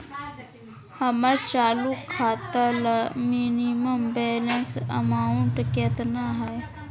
हमर चालू खाता ला मिनिमम बैलेंस अमाउंट केतना हइ?